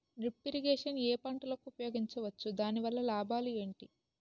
Drip irrigation ఏ పంటలకు ఉపయోగించవచ్చు? దాని వల్ల లాభాలు ఏంటి?